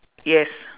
yes